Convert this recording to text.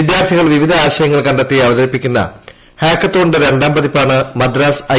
വിദ്യാർത്തികൾ വിവിധ ആശയങ്ങൾ കണ്ടെത്തി അവതരിപ്പിക്കുന്ന ഹാക്കത്തോണ്നിന്റെ രണ്ടാം പതിപ്പാണ് മദ്രാസ് ഐ